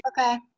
Okay